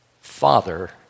father